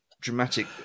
dramatic